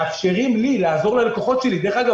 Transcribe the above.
מאפשרים לי לעזור ללקוחות שלי דרך אגב,